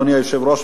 אדוני היושב-ראש,